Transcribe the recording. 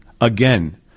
again